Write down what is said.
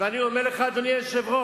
ואני אומר לך, אדוני היושב-ראש,